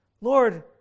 Lord